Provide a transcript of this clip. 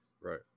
Right